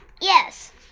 yes